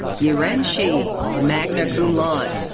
yiren shi, magna cum laude.